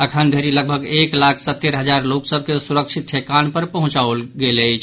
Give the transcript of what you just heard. अखनिधरि लगभग एक लाख सत्तरि हजार लोकसभ के सुरक्षित ठेकान पर पहुंचाओल गेल अछि